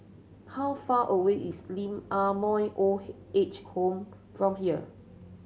how far away is Lee Ah Mooi Old Age Home from here